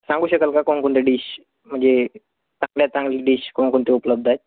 सांगू शकाल का कोणकोणते डिश म्हणजे चांगल्यात चांगले डिश कोणकोणते उपलब्ध आहेत